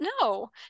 no